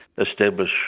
establish